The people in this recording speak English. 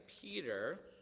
Peter